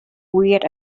weird